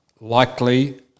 likely